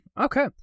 Okay